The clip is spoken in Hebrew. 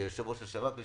כיושב-ראש השב"כ לשעבר,